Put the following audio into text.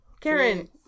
Karen